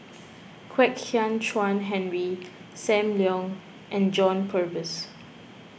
Kwek Hian Chuan Henry Sam Leong and John Purvis